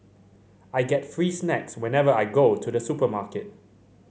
I get free snacks whenever I go to the supermarket